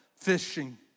fishing